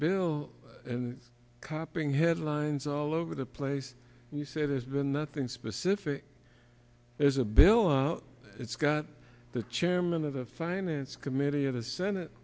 bill and copping headlines all over the place you say there's been nothing specific there's a bill out it's got the chairman of the finance committee of the senate